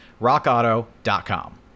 rockauto.com